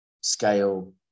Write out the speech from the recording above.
Scale